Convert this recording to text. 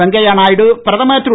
வெங்கையநாயுடு பிரதமர் திரு